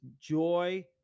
joy